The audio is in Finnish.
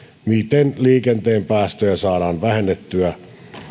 miten liikenteen päästöjä saadaan vähennettyä